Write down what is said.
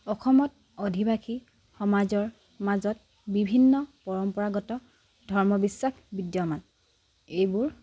অসমত আদিবাসী সমাজৰ মাজত বিভিন্ন পৰম্পৰাগত ধৰ্ম বিশ্বাস বিদ্যমান এইবোৰ